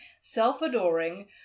self-adoring